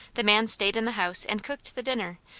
the man staid in the house and cooked the dinner,